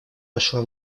вошла